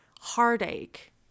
heartache